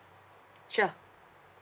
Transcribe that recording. sure